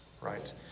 right